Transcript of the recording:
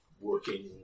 working